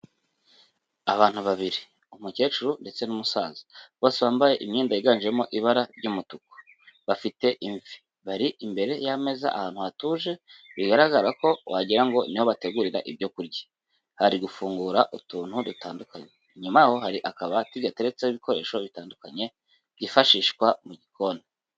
Abantu babiri umukecuru ndetse n'umusaza, bose wambaye imyenda yiganjemo ibara ry'umutuku, bafite imvi bari imbere y'ameza ahantu hatuje bigaragara ko wagira ngo niho bategurira ibyo kurya, bari gufungura utuntu dutandukanye, inyuma yaho hari akabati gateretseho ibikoresho bitandukanye byifashishwa mu gikoni.